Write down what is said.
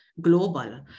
global